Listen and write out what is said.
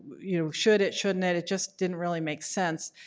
you know, should it, shouldn't it it just didn't really make sense.